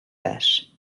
that